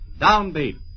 Downbeat